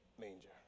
manger